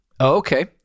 Okay